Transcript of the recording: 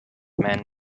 mann